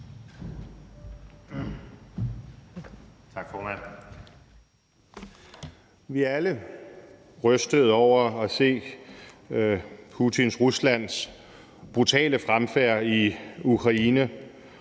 Vi er alle rystede over at se Putins Ruslands brutale fremfærd i Ukraine,